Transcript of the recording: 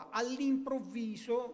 all'improvviso